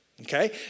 Okay